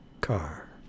car